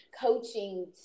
coaching